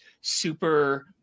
super